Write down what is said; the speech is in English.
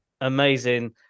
Amazing